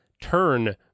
turn